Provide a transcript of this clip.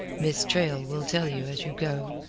miss traill will tell you as you go.